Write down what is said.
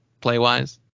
play-wise